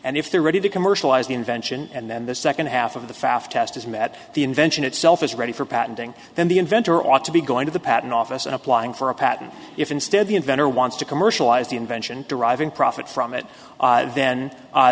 and if they're ready to commercialize the invention and then the second half of the fast test is met the invention itself is ready for patenting then the inventor ought to be going to the patent office and applying for a patent if instead the inventor wants to commercialize the invention deriving profit from it then the